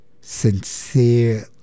sincere